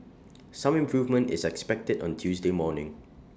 some improvement is expected on Tuesday morning